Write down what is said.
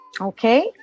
Okay